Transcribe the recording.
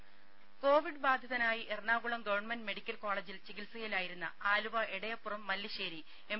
രുമ കോവിഡ് ബാധിതനായി Ernakulam government medical കോളേജിൽ ചികിത്സയിലായിരുന്ന ആലുവ എടയപ്പുറം മല്ലിശ്ശേരി എം